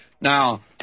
Now